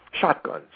shotguns